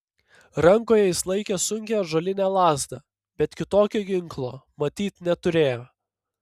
rankoje jis laikė sunkią ąžuolinę lazdą bet kitokio ginklo matyt neturėjo